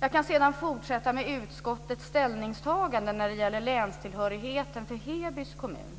Jag kan sedan fortsätta med utskottets ställningstagande när det gäller länstillhörigheten för Heby kommun.